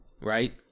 right